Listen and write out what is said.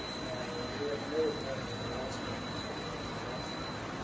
and we are committed to having a good law school at the university of washington.